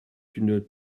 une